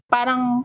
Parang